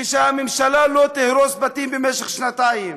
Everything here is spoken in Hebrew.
ושהממשלה לא תהרוס בתים במשך שנתיים,